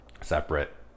separate